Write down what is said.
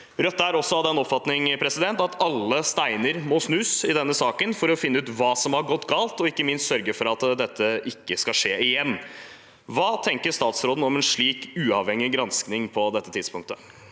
Rødt er også av den oppfatning at alle steiner må snus i denne saken for å finne ut hva som har gått galt, og ikke minst sørge for at dette ikke skal skje igjen. Hva tenker statsråden om en slik uavhengig gransking på dette tidspunktet?